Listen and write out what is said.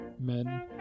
men